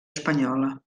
espanyola